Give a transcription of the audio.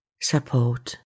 support